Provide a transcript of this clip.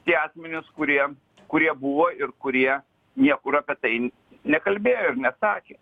tie asmenys kurie kurie buvo ir kurie niekur apie tai nekalbėjo ir nesakė